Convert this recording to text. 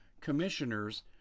Commissioners